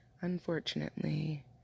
unfortunately